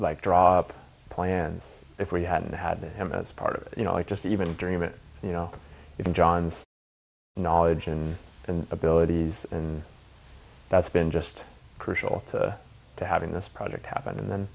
like drop plans if we hadn't had him as part of you know i just even dream it you know even john's knowledge and and abilities and that's been just crucial to to having this project happen then